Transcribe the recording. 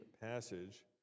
passage